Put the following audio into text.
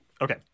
Okay